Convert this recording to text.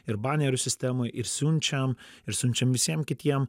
ir banerių sistemoj ir siunčiam ir siunčiam visiem kitiem